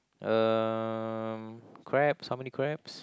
um crabs how many crabs